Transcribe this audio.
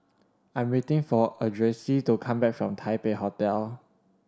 I am waiting for Ardyce to come back from Taipei Hotel